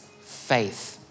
faith